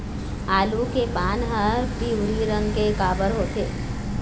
आलू के पान हर पिवरी रंग के काबर होथे?